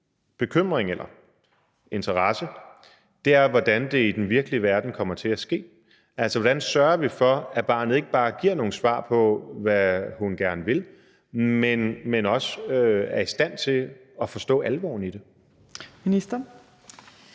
bekymring eller interesse, er, hvordan det i den virkelige verden kommer til at ske. Altså, hvordan sørger vi for, at barnet ikke bare giver nogle svar på, hvad hun gerne vil, men også er i stand til at forstå alvoren i det? Kl.